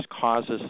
causes